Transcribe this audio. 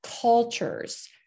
cultures